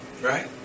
Right